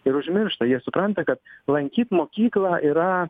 ir užmiršta jie supranta kad lankyt mokyklą yra